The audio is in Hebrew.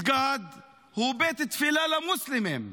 מסגד הוא בית תפילה למוסלמים,